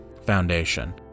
foundation